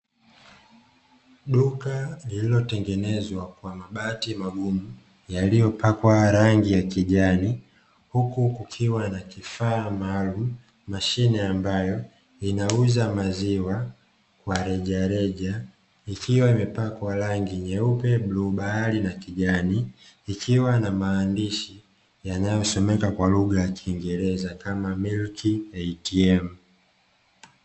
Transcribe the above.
Duka lililotengenezwa kwa mabati magumu yalioyopakwa rangi ya kijani, huku kukiwa na kifaa maalumu mashine ambayo inauza maziwa kwa rejareja ikiwa imepakwa rangi nyeupe pamoja na bluu bahari na kijani, ikiwa na maandishi yanayosomeka kwa lugha ya kiingereza kama "milk ATM".